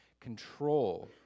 control